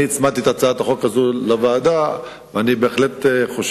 אני הצמדתי את הצעת החוק הזאת לוועדה,